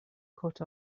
cut